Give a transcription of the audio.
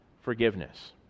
forgiveness